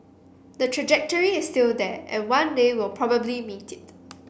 the trajectory is still there and one day we'll probably meet it